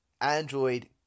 Android